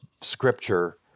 scripture